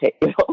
table